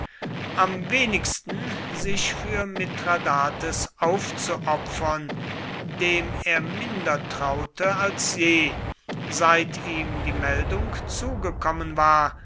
am wenigsten sich für mithradates aufzuopfern dem er minder traute als je seit ihm die meldung zugekommen war